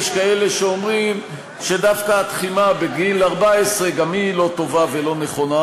יש כאלה שאומרים שדווקא התחימה בגיל 14 גם היא לא טובה ולא נכונה,